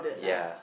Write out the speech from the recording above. ya